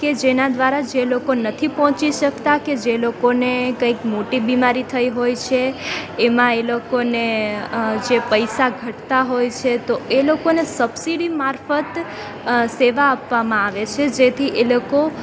કે જેના દ્વારા જે લોકો નથી પહોંચી શકતા કે જે લોકોને કંઈક મોટી બિમારી થઈ હોય છે એમાં એ લોકોને જે પૈસા ઘટતા હોય છે તો એ લોકોને સબસિડી મારફત સેવા આપવામાં આવે છે જેથી એ લોકો